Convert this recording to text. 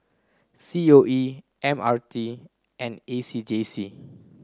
C O E M R T and A C J C